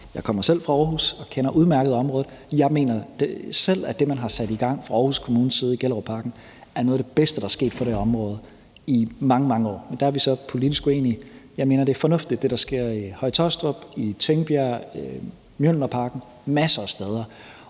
Jeg kommer selv fra Aarhus og kender udmærket området, og jeg mener selv, at det, man har sat i gang fra Aarhus Kommunes side i Gellerupparken, er noget af det bedste, der er sket for det område i mange, mange år. Men der er vi så politisk uenige. Jeg mener, at det, der sker i Høje-Taastrup, i Tingbjerg i Mjølnerparken og masser af steder,